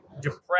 depressed